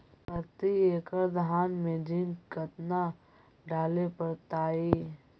प्रती एकड़ धान मे जिंक कतना डाले पड़ताई?